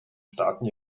staaten